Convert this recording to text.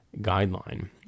guideline